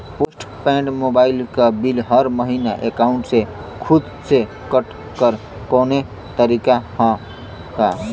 Post paid mobile क bill हर महिना एकाउंट से खुद से कटे क कौनो तरीका ह का?